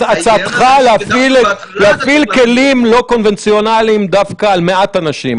הצעתך היא להפעיל כלים לא קונבנציונליים דווקא על מעט אנשים.